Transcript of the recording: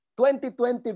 2020